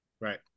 Right